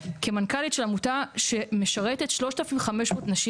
כמנכ"לית של עמותה שמשרתת כ-3,500 נשים